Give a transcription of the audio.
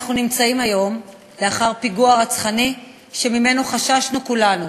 אנחנו נמצאים היום לאחר פיגוע רצחני שממנו חששנו כולנו.